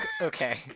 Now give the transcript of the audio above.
Okay